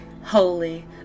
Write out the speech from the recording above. holy